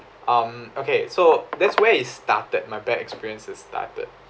um okay so that's where it started my bad experiences started